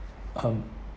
um